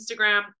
Instagram